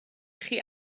chi